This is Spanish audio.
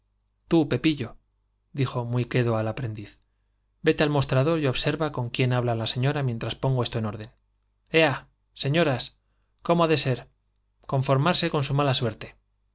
tú pepillo dijo muy quedo al aprendiz vete al mostrador y observa con quién habla la maestra mientras pongo esto en orden ea señoras cómo ha de ser conformarse con su mala suerte